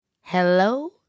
Hello